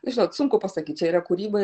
žinot sunku pasakyt čia yra kūryba